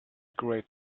great